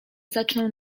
zaczną